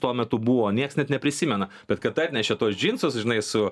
tuo metu buvo nieks net neprisimena bet kad atnešė tuos džinsus žinai su